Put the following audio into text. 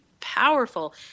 powerful